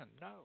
No